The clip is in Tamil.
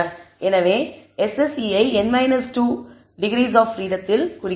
எனவே நாம் SSE ஐ n 2 டிகிரீஸ் ஆப் பிரீடம் ஆல் வகுக்கிறோம்